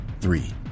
Three